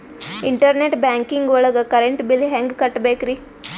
Internet banking ಒಳಗ್ current bill ಹೆಂಗ್ ಕಟ್ಟ್ ಬೇಕ್ರಿ?